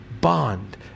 bond